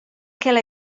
ch’ella